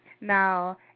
Now